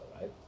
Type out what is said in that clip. right